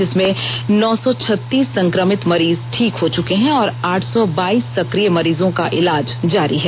जिसमें नौ सौ छत्तीस संक्रमित मरीज ठीक हो चुके हैं और आठ सो बाइस सकिय मरीजों का इलाज जारी है